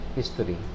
history